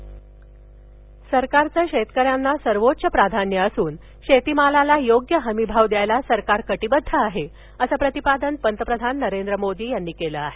मोदीः सरकारचं शेतकरऱ्यांना सर्वोच्च प्राधान्य असून शेतीमालाला योग्य हमी भाव देण्यास सरकार कटिबध्द आहे असं प्रतिपादन पंतप्रधान नरेंद्र मोदी यांनी केलं आहे